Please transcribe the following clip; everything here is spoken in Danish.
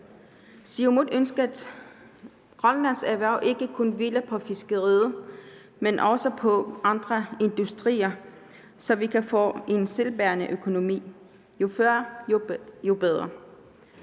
Siumut ønsker, at Grønlands erhverv ikke kun hviler på fiskeriet, men også på andre industrier, så vi kan få en selvbærende økonomi, jo før, jo bedre,